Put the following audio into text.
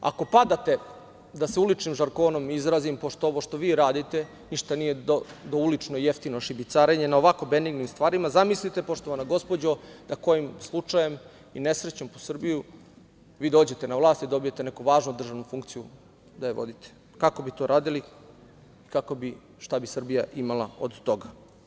Ako padate, da se uličnim žargonom izrazim, pošto ovo što vi radite ništa nije do ulično i jeftino šibicarenje, na ovako benignim stvarima, zamislite poštovana gospođo, da kojim slučajem i nesrećom po Srbiju, vi dođete na vlast i dobijete neku važnu državnu funkciju da je vodite, kako bi to radili, kako bi, šta bi Srbija imala od toga.